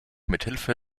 mithilfe